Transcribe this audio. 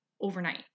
overnight